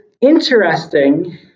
interesting